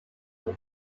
from